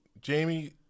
Jamie